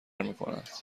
میکند